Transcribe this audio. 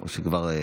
או שכבר,